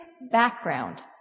background